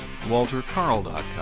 waltercarl.com